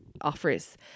offers